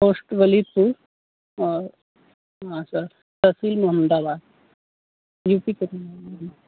post Walipur और हाँ sir तहसील मोहम्मदाबाद यू पी